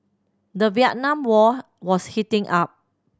the Vietnam War was heating up